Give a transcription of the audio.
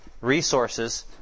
resources